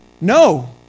no